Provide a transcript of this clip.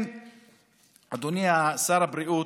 אדוני שר הבריאות,